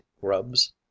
grubs